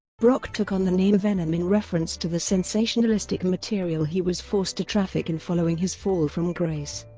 brock took on the name venom in reference to the sensationalistic material he was forced to traffic in following his fall from grace.